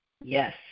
yes